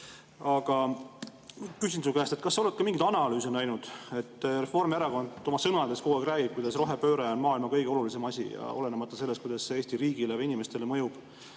Aga küsin su käest, et kas sa oled ka mingeid analüüse näinud. Reformierakond oma sõnades kogu aeg annab mõista, et rohepööre on maailma kõige olulisem asi, olenemata sellest, kuidas see Eesti riigile või inimestele mõjub.